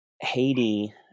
Haiti